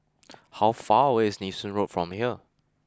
how far away is Nee Soon Road from here